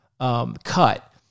cut